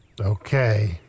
Okay